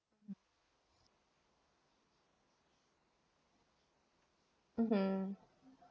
mmhmm